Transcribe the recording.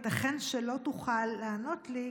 ייתכן שלא תוכל לענות לי,